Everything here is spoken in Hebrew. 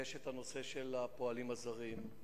הנושא של הפועלים הזרים,